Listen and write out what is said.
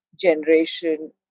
generation